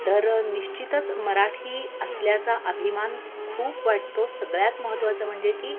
तर निश्चितच मराठी असल्याचा अभिमान खूप वाटतो सगळ्यात महत्त्वाचं म्हणजे की